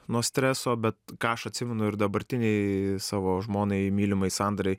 nuo streso bet ką aš atsimenu ir dabartinei savo žmonai mylimai sandrai